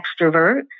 extrovert